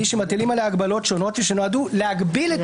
שמטילים עליה הגבלות שונות שנועדו להגביל את